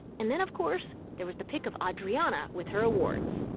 and then, of course, there was the pic of audriana with her awards.